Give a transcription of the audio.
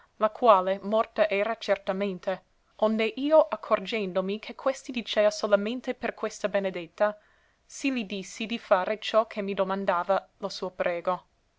la quale morta era certamente onde io accorgendomi che questi dicea solamente per questa benedetta sì li dissi di fare ciò che mi domandava lo suo prego